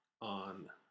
on